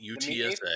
UTSA